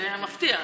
זה מפתיע.